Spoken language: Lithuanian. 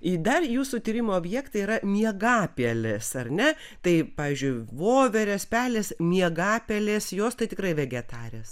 ir dar jūsų tyrimo objekte yra miegapelės ar ne tai pavyzdžiui voverės pelės miegapelės jos tai tikrai vegetarės